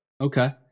Okay